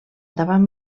davant